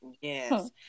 Yes